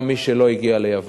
גם מי שלא הגיע ליוון.